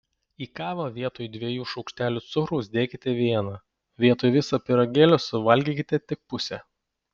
į kavą vietoj dviejų šaukštelių cukraus dėkite vieną vietoj viso pyragėlio suvalgykite tik pusę